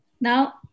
Now